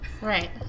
right